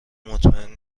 مطمئن